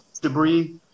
debris